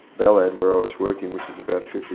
balad where i was working which is about fifty